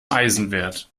eisenwert